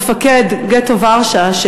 מפקד גטו ורשה,